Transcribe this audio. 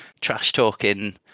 trash-talking